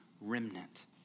remnant